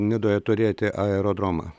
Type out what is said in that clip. nidoje turėti aerodromą